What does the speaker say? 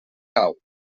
cau